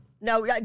No